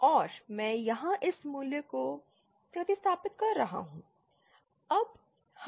और मैं यहां इस मूल्य को प्रतिस्थापित कर रहा हूं